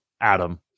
Adam